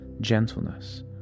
gentleness